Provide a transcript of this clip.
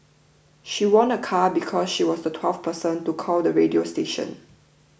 she won a car because she was the twelfth person to call the radio station